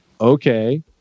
okay